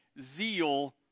zeal